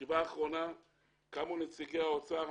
בישיבה האחרונה קמו נציגי האוצר,